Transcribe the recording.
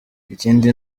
ikindi